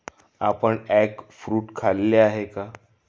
आपण egg fruit खाल्ले आहे का?